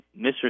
Mr